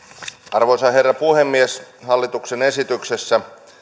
arvoisa herra puhemies hallituksen esityksessä